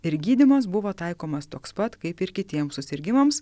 ir gydymas buvo taikomas toks pat kaip ir kitiem susirgimams